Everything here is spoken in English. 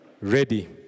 ready